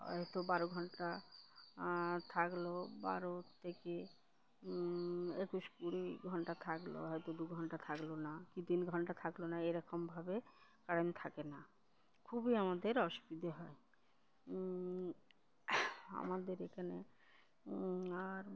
হয়তো বারো ঘণ্টা থাকল বারো থেকে একুশ কুড়ি ঘণ্টা থাকল হয়তো দু ঘণ্টা থাকল না কি তিন ঘণ্টা থাকল না এরকমভাবে কারেন্ট থাকে না খুবই আমাদের অসুবিধে হয় আমাদের এখানে আর